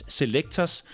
selectors